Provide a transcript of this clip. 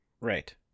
Right